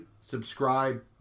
subscribe